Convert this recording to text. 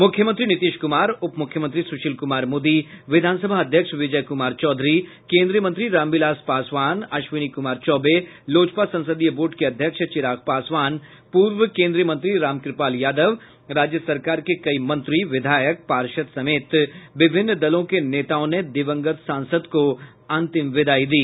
मुख्यमंत्री नीतीश कुमार उप मुख्यमंत्री सुशील कुमार मोदी विधानसभा अध्यक्ष विजय कुमार चौधरी केन्द्रीय मंत्री रामविलास पासवान अश्विनी कुमार चौबे लोजपा संसदीय बोर्ड के अध्यक्ष चिराग पासवान पूर्व केन्द्रीय मंत्री रामकृपाल यादव राज्य सरकार के कई मंत्री विधायक पार्षद समेत विभिन्न दलों के नेताओं ने दिवंगत सांसद को अंतिम विदाई दी